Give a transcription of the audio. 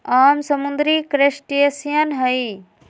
आम समुद्री क्रस्टेशियंस हई